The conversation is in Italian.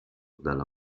dalla